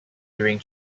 during